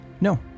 No